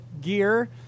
gear